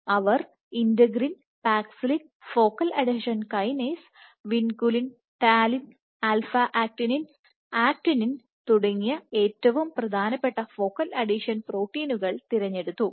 അവർ integrin paxillin focal adhesion kinase vinculin talin alpha actinin actin തുടങ്ങിയ ഏറ്റവും പ്രധാനപ്പെട്ട focal adhesion പ്രോട്ടീനുകൾ തിരഞ്ഞെടുത്തു